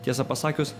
tiesą pasakius